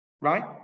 right